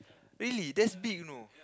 really that's big you know